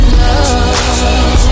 love